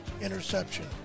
interception